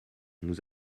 nous